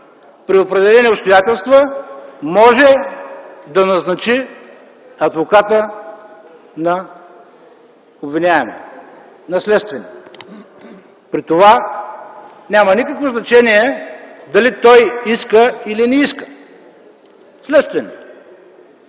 при определени обстоятелства може да назначи адвоката на обвиняемия, на следствения. При това няма никакво значение дали той иска или не иска. Следствен